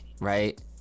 right